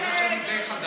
שאלה, מכיוון שאני די חדש: